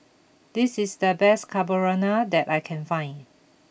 this is the best Carbonara that I can find